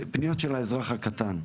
פניות של האזרח הקטן,